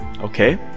okay